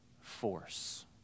force